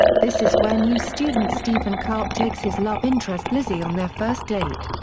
this is where new student steven karp takes his love interest lizzie on their first date.